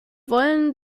wollen